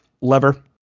Lever